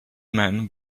man